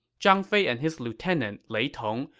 zhang fei and his lieutenant, lei tong,